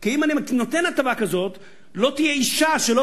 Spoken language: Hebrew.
כי אם אני נותן הטבה כזאת לא תהיה אשה שלא